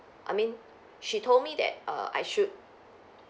I mean she told me that err I should